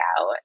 out